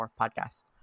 podcast